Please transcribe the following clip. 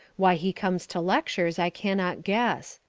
why he comes to lectures i cannot guess.